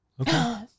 okay